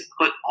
put